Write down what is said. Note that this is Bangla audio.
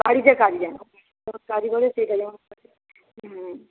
বাড়িতে কাজ দেন হুম